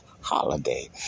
holiday